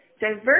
diverse